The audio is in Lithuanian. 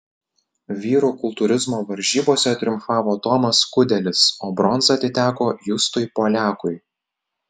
vyrų kultūrizmo varžybose triumfavo tomas kudelis o bronza atiteko justui poliakui